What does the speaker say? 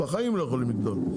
בחיים הם לא יכולים לגדול.